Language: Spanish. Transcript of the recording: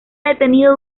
detenido